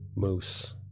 Moose